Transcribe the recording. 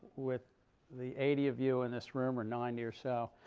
with the eighty of you in this room, or ninety or so,